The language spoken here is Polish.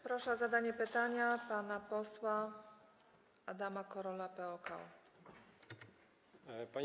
Proszę o zadanie pytania pana posła Adama Korola, PO-KO.